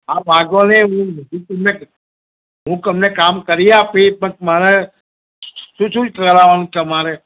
હા વાંધો નહીં હું તમને કામ કરી આપીશ પણ મારે શું શું કરાવાનું છે તમારે